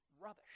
rubbish